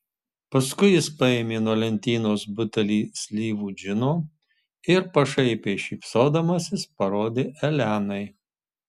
paskui jis paėmė nuo lentynos butelį slyvų džino ir pašaipiai šypsodamasis parodė elenai